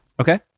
Okay